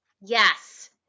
Yes